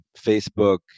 Facebook